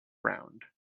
round